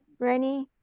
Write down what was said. rennie,